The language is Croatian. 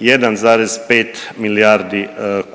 1,5 milijardi